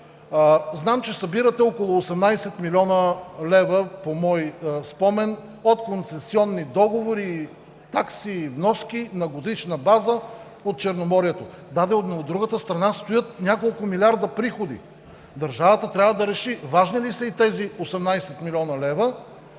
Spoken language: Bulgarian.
Знам, че събирате около 18 млн. лв. по мой спомен от концесионни договори, такси и вноски на годишна база от Черноморието. Да, но от другата страна стоят няколко милиарда приходи. Държавата трябва да реши важни ли са ѝ тези 18 млн. лв.